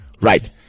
right